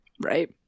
Right